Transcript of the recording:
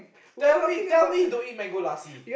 tell me tell me don't eat mango lassi